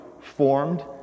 formed